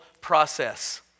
process